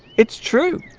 it's true